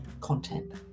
content